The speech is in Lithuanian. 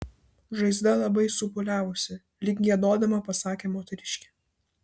žaizda labai supūliavusi lyg giedodama pasakė moteriškė